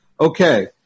Okay